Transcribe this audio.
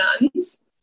nuns